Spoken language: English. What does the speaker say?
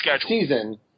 season